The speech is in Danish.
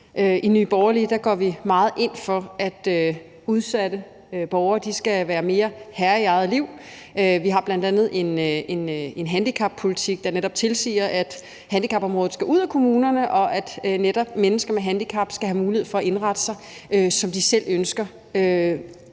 I Nye Borgerlige går vi meget ind for, at udsatte borgere skal være mere herre i eget liv. Vi har bl.a. en handicappolitik, der netop tilsiger, at handicapområdet skal ud af kommunerne, og at mennesker med handicap i langt højere grad, end de har mulighed for